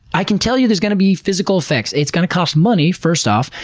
i can tell you there's gonna be physical effects. it's gonna cost money, first off.